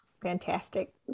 Fantastic